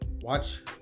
watch